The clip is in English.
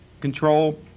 Control